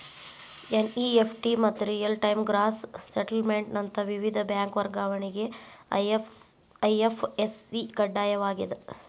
NEFT ಮತ್ತ real time gross settlement ನಂತ ವಿವಿಧ ಬ್ಯಾಂಕ್ ವರ್ಗಾವಣೆಗೆ ಐ.ಎಫ್.ಎಸ್.ಸಿ ಕಡ್ಡಾಯವಾಗ್ಯದ